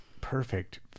perfect